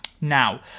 Now